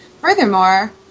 Furthermore